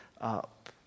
up